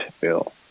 bill